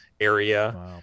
area